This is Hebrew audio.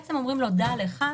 בעצם אומרים לו: דע לך,